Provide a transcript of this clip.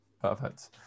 Perfect